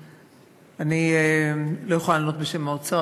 אני לא יכולה לענות בשם האוצר,